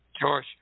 George